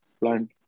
plant